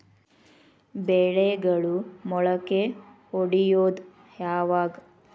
ಬೆಳೆಗಳು ಮೊಳಕೆ ಒಡಿಯೋದ್ ಯಾವಾಗ್?